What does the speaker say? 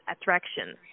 attraction